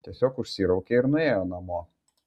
tiesiog užsiraukė ir nuėjo namo